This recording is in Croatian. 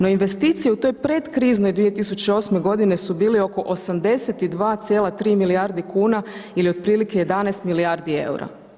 No investicije u toj predkriznoj 2008. godini su bili oko 82,3 milijardi kuna ili otprilike 11 milijardi eura.